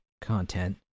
content